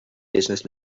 business